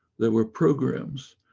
there were programmes,